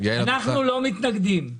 אנחנו לא מתנגדים.